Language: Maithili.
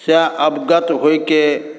से अवगत होइके